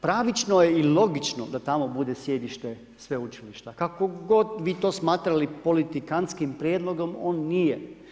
Pravično je i logično da tamo bude sjedište sveučilišta, kako god vi to smatralo politikantskim prijedlogom, on nije.